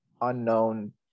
unknown